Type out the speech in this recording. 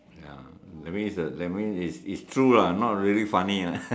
ya that means it's a that means it's it's true lah not really funny lah